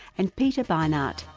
and peter beinart,